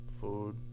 Food